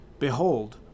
Behold